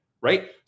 right